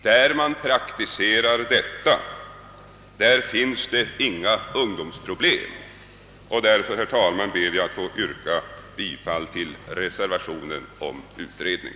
Där detta praktiseras finns det inga ungdomsproblem. Herr talman! Jag ber att få yrka bifall till reservationen med förslag om utredning.